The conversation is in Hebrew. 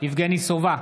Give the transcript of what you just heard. יבגני סובה,